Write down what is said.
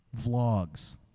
vlogs